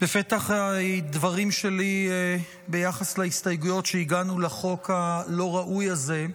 בפתח הדברים שלי ביחס להסתייגויות שהגשנו לחוק הלא-ראוי הזה,